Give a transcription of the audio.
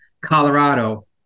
Colorado